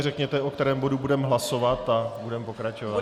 Řekněte, o kterém bodu budeme hlasovat, a budeme pokračovat.